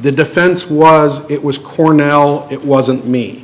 the defense was it was cornell it wasn't me